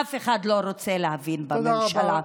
אף אחד לא רוצה להבין בממשלה.